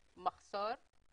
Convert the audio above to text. במחסור?